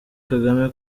kagame